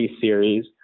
series